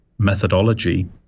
Methodology